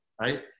right